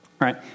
right